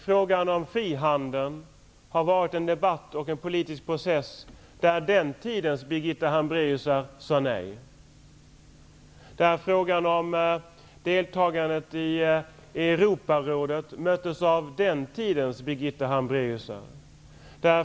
Frågan om frihandeln har i det sammanhanget varit en debatt och en politisk process där den tidens Birgitta Hambraeusar sade nej. Frågan om deltagandet i Europarådet möttes av den tidens Birgitta Hambraeusar.